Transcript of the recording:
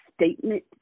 statement